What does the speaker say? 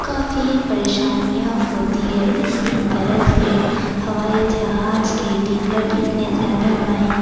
کافی پریشانیاں ہوتی ہے اسی طرح سے ہوائی جہاز کے ٹکٹ اتنے زیادہ مہی